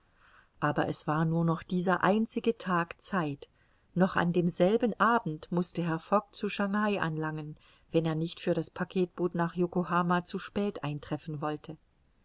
aber es war nur noch dieser einzige tag zeit noch an demselben abend mußte herr fogg zu schangai anlangen wenn er nicht für das packetboot nach yokohama zu spät eintreffen wollte